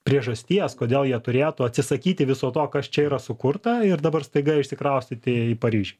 priežasties kodėl jie turėtų atsisakyti viso to kas čia yra sukurta ir dabar staiga išsikraustyti į paryžių